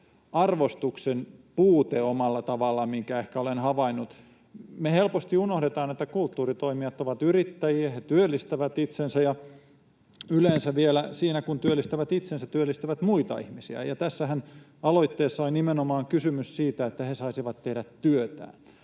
arvostuksen puute omalla tavallaan, minkä ehkä olen havainnut. Me helposti unohdetaan, että kulttuuritoimijat ovat yrittäjiä, he työllistävät itsensä ja yleensä vielä siinä, kun työllistävät itsensä, työllistävät myös muita ihmisiä. Tässä aloitteessahan on kysymys nimenomaan siitä, että he saisivat tehdä työtään.